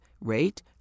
rate